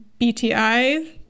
BTI